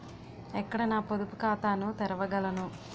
ఎక్కడ నా పొదుపు ఖాతాను తెరవగలను?